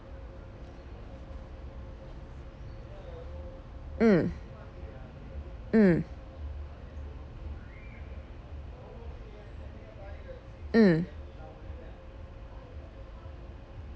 mm mm mm